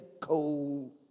cold